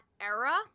era